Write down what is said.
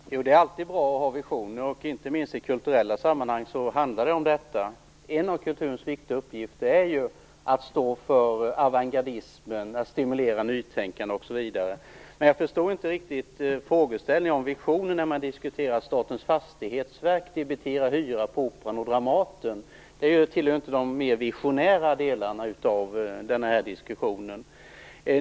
Fru talman! Det är alltid bra att ha visioner. Inte minst i kulturella i sammanhang handlar det om detta. En av kulturens viktigaste uppgifter är ju att stå för avantgardismen, att stimulera nytänkande osv. Men jag förstår inte riktigt frågeställningen om visioner när man diskuterar att Statens fastighetsverk debiterar hyra för Operan och Dramaten. Det tillhör ju inte de mer visionära delarna av den här diskussionen.